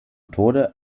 tode